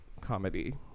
comedy